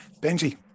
Benji